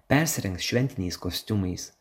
persirengs šventiniais kostiumais